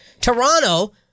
Toronto